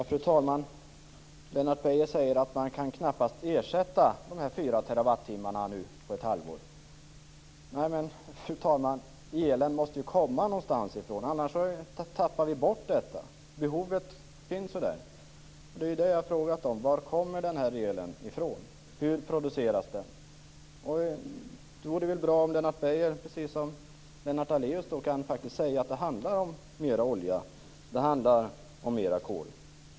Fru talman! Lennart Beijer säger att man knappast kan ersätta de fyra terawattimmarna på ett halvår. Nej, men elen måste ju komma någonstans ifrån - annars tappar vi bort detta. Behovet finns där. Det är det jag har frågat om: Varifrån kommer den här elen? Hur produceras den? Det vore bra om Lennart Beijer, precis som Lennart Daléus, kunde säga att det handlar om mera olja och mera kol.